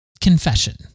confession